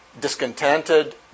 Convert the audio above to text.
discontented